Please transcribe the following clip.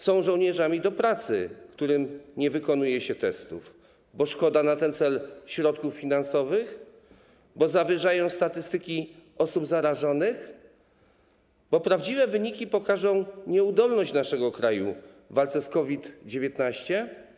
Są żołnierzami do pracy, którym nie wykonuje się testów, bo szkoda na ten cel środków finansowych, bo zawyżają statystyki osób zarażonych, bo prawdziwe wyniki pokażą nieudolność naszego kraju w walce z COVID-19?